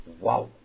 wow